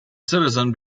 citizen